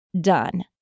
done